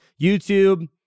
YouTube